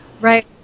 Right